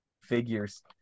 figures